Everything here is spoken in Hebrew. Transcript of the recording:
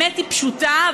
אבא שלכם,